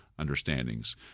understandings